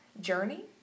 journey